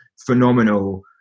phenomenal